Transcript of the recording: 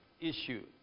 issue